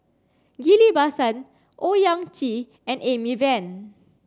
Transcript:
Ghillie Basan Owyang Chi and Amy Van